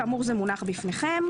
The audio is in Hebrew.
כאמור זה מונח בפניכם.